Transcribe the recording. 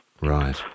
Right